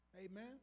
Amen